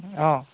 অঁ